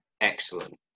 excellent